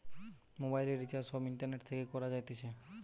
মোবাইলের রিচার্জ সব ইন্টারনেট থেকে করা যাইতেছে